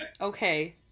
Okay